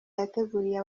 yateguriye